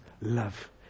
love